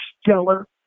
stellar